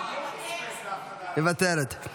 היא מוותרת.